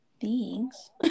Thanks